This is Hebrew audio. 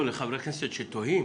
לא, לחברי כנסת שתוהים,